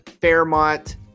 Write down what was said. Fairmont